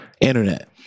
internet